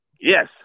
Yes